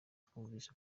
twumvise